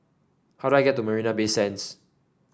how do I get to Marina Bay Sands